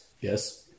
Yes